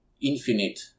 infinite